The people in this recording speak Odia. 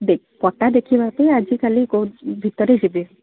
ପଟା ଦେଖିବା ପାଇଁ ଆଜିକାଲି କେଉଁ ଭିତରେ ଯିବେ